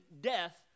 death